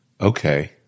Okay